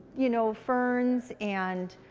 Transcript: you know ferns, and